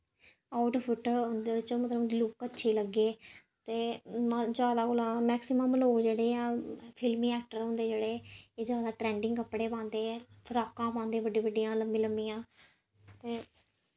outfit उं'दे बिच्च मतलब लुक अच्छी लग्गै ते जादा कोला मैकसिमम लोक जेह्ड़े ऐ फिल्मी ऐक्टर होंदे जेह्ड़े एह् जादा ट्रैंडिंग कपड़े पांदे ऐ फ्राकां पांदे बड्डी बड्डियां लम्मी लम्मियां ते